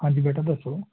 ਹਾਂਜੀ ਬੇਟਾ ਦੱਸੋ